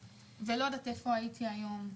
ואם לא - מי יודע איפה הייתי היום.